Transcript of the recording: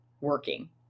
working